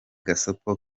gasopo